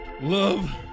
Love